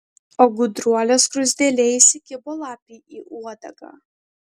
o gudruolė skruzdėlė įsikibo lapei į uodegą